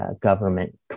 government